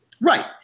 Right